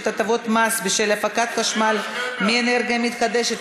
(הטבות מס בשל הפקת חשמל מאנרגיה מתחדשת,